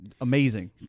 Amazing